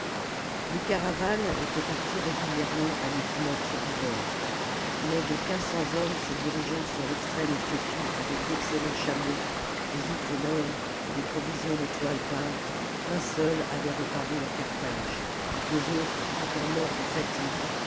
les caravanes étaient parties régulièrement à l'équinoxe d'hiver mais de quinze cents hommes se dirigeant sur l'extrême ethiopie avec d'excellents chameaux des outres neuves et des provisions de toiles peintes un seul avait reparu à carthage les autres étant morts de fatigue